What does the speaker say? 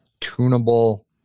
tunable